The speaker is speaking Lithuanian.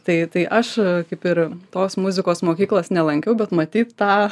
tai tai aš kaip ir tos muzikos mokyklos nelankiau bet matyt tą